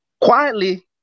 quietly